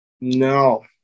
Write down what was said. No